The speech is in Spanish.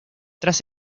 tras